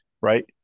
right